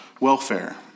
welfare